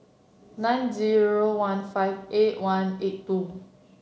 nine zero one five eight one eight two